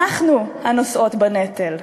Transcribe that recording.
אנחנו הנושאות בנטל.